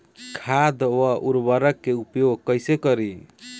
खाद व उर्वरक के उपयोग कइसे करी?